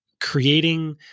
creating